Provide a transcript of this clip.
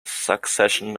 succession